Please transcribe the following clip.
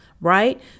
right